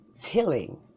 feeling